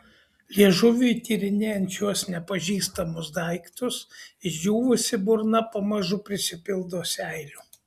liežuviui tyrinėjant šiuos nepažįstamus daiktus išdžiūvusi burna pamažu prisipildo seilių